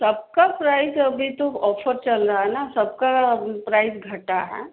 सबका प्राइज़ अभी तो ऑफ़र चल रहा है न सबका प्राइज़ घटा है